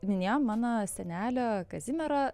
minėjom mano senelio kazimiero